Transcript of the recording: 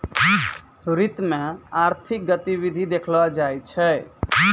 वित्त मे आर्थिक गतिविधि देखलो जाय छै